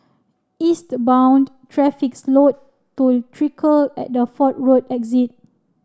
eastbound traffic slowed to trickle at the Fort Road exit